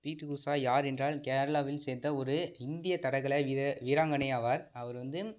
பிடி உஷா யார் என்றால் கேரளாவில் சேர்ந்த ஒரு இந்திய தடகள வீர வீராங்கனை ஆவார் அவர் வந்து